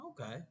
Okay